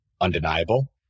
undeniable